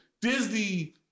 Disney